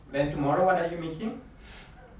then tomorrow what are you making